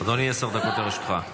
אדוני, עשר דקות לרשותך.